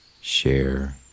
share